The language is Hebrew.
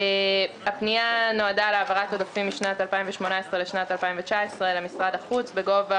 הפנייה נועדה להעברת עודפים משנת 2018 לשנת 2019 למשרד החוץ בגובה